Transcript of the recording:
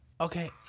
Okay